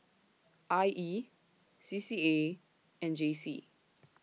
I E C C A and J C